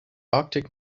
arctic